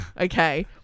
okay